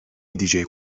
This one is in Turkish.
edeceği